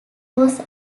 was